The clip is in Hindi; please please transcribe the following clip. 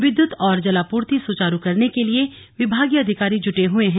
विद्युत और जलापूर्ति सुचारू करने के लिए विभागीय अधिकारी जुटे हुए हैं